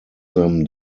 them